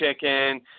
chicken